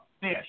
fish